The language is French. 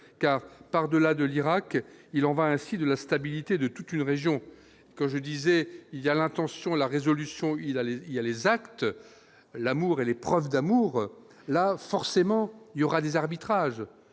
car, par-delà, de l'Irak, il en va ainsi de la stabilité de toute une région quand je disais il y a l'intention, la résolution il a. Il y a les actes l'amour et les preuves d'amour là, forcément, il y aura des arbitrages,